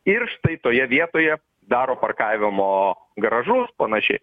ir štai toje vietoje daro parkavimo garažus panašiai